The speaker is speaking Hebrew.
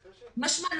משמע,